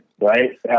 Right